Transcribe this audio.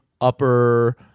upper